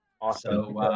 Awesome